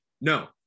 No